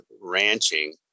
ranching